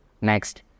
next